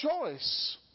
choice